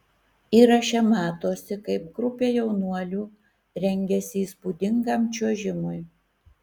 įraše matosi kaip grupė jaunuolių rengiasi įspūdingam čiuožimui